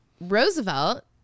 Roosevelt